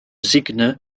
signe